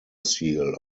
seal